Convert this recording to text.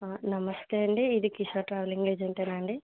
ఆ నమస్తే అండీ ఇది కిషోర్ ట్రావెలింగ్ ఏజెంట్ఏనా అండీ